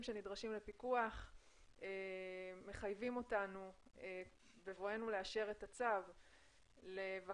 שנדרשים לפיקוח מחייבים אותנו בבואנו לאשר את הצו לבקש